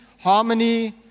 harmony